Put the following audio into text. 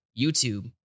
YouTube